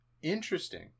Interesting